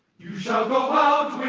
you shall go